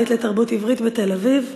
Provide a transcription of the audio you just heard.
בית לתרבות עברית בתל-אביב,